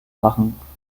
machen